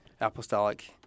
apostolic